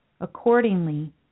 accordingly